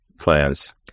plans